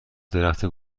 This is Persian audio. درخت